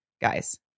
guys